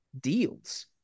deals